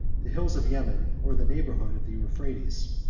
the hills of yemen, or the neighborhood of the euphrates,